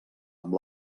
amb